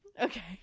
Okay